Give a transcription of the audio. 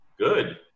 good